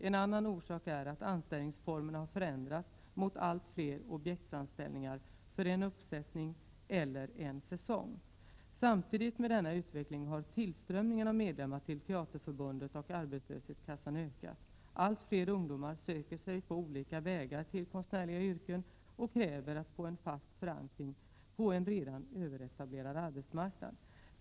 En annan orsak är att anställningsformerna har förändrats mot allt fler objektsanställningar — för en uppsättning eller en säsong. Samtidigt med denna utveckling har tillströmningen av medlemmar till Teaterförbundet och arbetslöshetskassan ökat. Allt fler ungdomar söker sig på olika vägar till konstnärliga yrken och kräver att få en fast förankring på en redan överetablerad arbetsmarknad.